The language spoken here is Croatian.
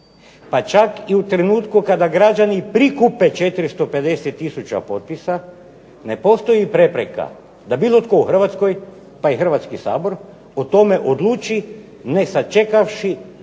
pa čak i u trenutku kada građani prikupe 450 tisuća potpisa ne postoji prepreka da bilo tko u Hrvatskoj, pa i Hrvatski sabor, o tome odluči ne sačekavši